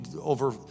over